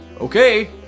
Okay